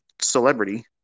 celebrity